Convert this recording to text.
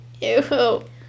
Ew